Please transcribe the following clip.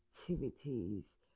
activities